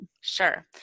Sure